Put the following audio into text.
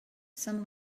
some